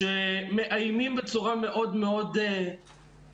שמאיימים בצורה מאוד מאוד בולטת,